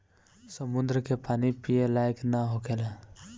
समुंद्र के पानी पिए लायक ना होखेला